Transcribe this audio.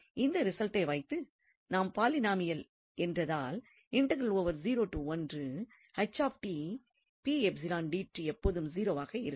இந்த ரிசல்ட்டை வைத்து இது பாலினாமியல் என்றதால் எப்போதும் 0 வாக இருக்கும்